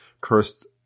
cursed